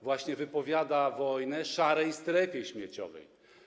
Właśnie wypowiada wojnę szarej strefie śmieciowej.